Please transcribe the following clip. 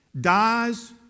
dies